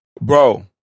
bro